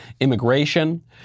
Immigration